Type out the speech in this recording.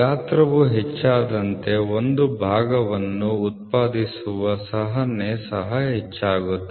ಗಾತ್ರವು ಹೆಚ್ಚಾದಂತೆ ಒಂದು ಭಾಗವನ್ನು ಉತ್ಪಾದಿಸುವ ಸಹಿಷ್ಣುತೆ ಸಹ ಹೆಚ್ಚಾಗುತ್ತದೆ